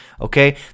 Okay